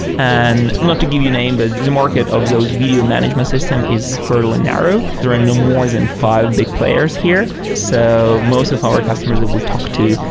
and not to give you name, but the market of those video management system is fairly narrow. there are no more than five big players here. so most of our customers that we talk to,